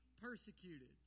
persecuted